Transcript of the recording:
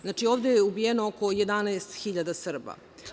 Znači, ovde je ubijeno oko 11.000 Srba.